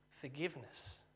forgiveness